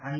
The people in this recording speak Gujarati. આઈ